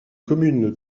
commune